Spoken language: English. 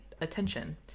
attention